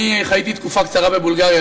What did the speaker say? אני חייתי תקופה קצרה בבולגריה,